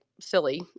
silly